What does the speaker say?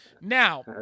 Now